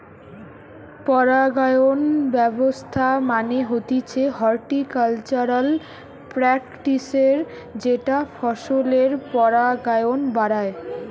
পরাগায়ন ব্যবস্থা মানে হতিছে হর্টিকালচারাল প্র্যাকটিসের যেটা ফসলের পরাগায়ন বাড়ায়